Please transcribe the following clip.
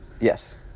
yes